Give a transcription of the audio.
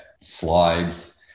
slides